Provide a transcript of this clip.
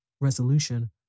resolution